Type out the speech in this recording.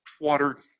water